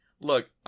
Look